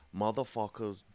motherfuckers